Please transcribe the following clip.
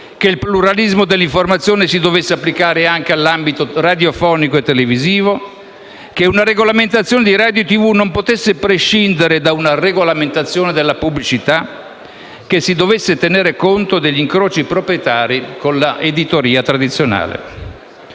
che il pluralismo dell'informazione si dovesse applicare anche in ambito radiofonico e televisivo, che una regolamentazione di radio e tv non potesse prescindere da una regolamentazione della pubblicità, che si dovesse tenere conto degli incroci proprietari con l'editoria tradizionale.